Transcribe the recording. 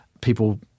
people